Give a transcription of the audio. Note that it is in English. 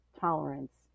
tolerance